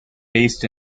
based